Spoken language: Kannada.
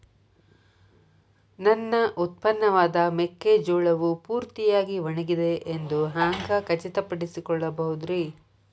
ನನ್ನ ಉತ್ಪನ್ನವಾದ ಮೆಕ್ಕೆಜೋಳವು ಪೂರ್ತಿಯಾಗಿ ಒಣಗಿದೆ ಎಂದು ಹ್ಯಾಂಗ ಖಚಿತ ಪಡಿಸಿಕೊಳ್ಳಬಹುದರೇ?